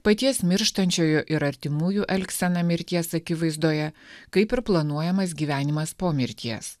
paties mirštančiojo ir artimųjų elgsena mirties akivaizdoje kaip ir planuojamas gyvenimas po mirties